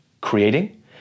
creating